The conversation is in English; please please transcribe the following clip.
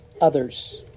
others